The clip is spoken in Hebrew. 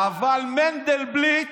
אבל מנדלבליט,